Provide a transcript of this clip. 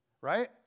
right